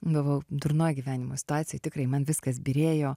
buvau durnoj gyvenimo situacijoj tikrai man viskas byrėjo